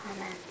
Amen